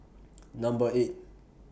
Number eight